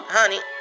honey